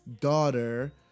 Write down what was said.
daughter